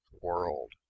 world